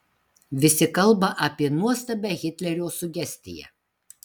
visi kalba apie nuostabią hitlerio sugestiją